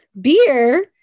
Beer